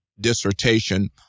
dissertation